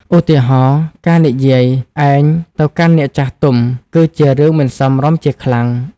ឧទាហរណ៍ ការនិយាយ ឯង ទៅកាន់អ្នកចាស់ទុំ គឺជារឿងមិនសមរម្យជាខ្លាំង។